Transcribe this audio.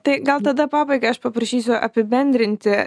tai gal tada pabaigai aš paprašysiu apibendrinti